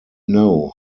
know